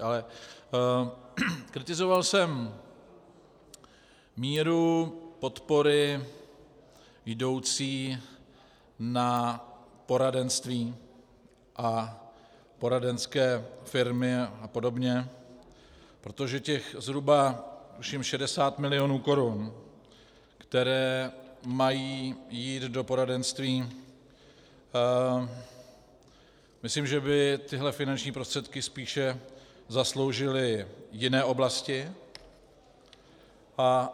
Ale kritizoval jsem míru podpory jdoucí na poradenství a poradenské firmy a podobně, protože těch zhruba tuším 60 milionů korun, které mají jít do poradenství, myslím, že by tyhle finanční prostředky spíše zasloužily jiné oblasti, a